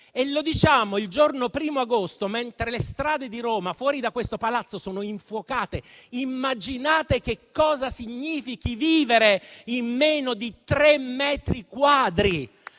e lo diciamo il giorno 1° agosto, mentre le strade di Roma, fuori da questo Palazzo, sono infuocate. Immaginate che cosa significhi vivere in meno di tre metri quadrati